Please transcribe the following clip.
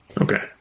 Okay